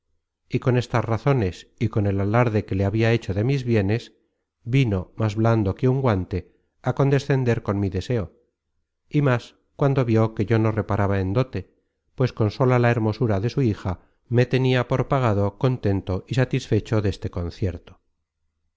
y con estas razones y con el alarde que le habia hecho de mis bienes vino más blando que un guante á condescender con mi deseo y más cuando vió que yo no reparaba en dote pues con sola la hermosura de su hija me tenia por pagado contento y satisfecho deste concierto